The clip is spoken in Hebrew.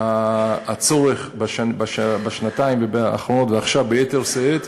הצורך בשנתיים האחרונות, ועכשיו ביתר שאת,